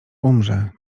umrze